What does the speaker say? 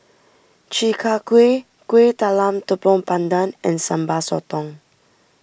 Chi Kak Kuih Kueh Talam Tepong Pandan and Sambal Sotong